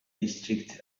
district